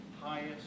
highest